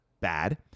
Bad